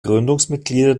gründungsmitglieder